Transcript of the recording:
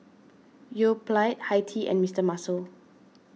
Yoplait Hi Tea and Mister Muscle